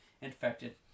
infected